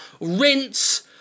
rinse